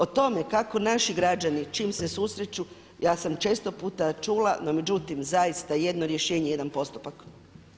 O tome kako naši građani s čim se susreću ja sam često puta čula, no međutim zaista jedno rješenje, jedan postupak.